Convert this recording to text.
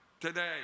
today